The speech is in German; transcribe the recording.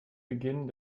beginn